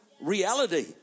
reality